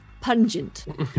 pungent